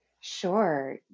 Sure